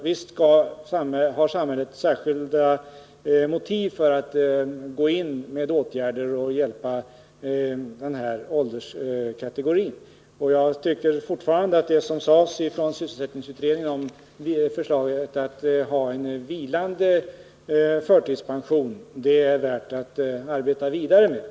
Visst har samhället särskilda motiv för att vidta åtgärder till stöd för personer som har problem på arbetsmarknaden och som tillhör dessa åldersgrupper. Jag tycker fortfarande att sysselsättningsutredningens förslag om att införa en möjlighet till vilande förtidspension är värt att arbeta vidare med.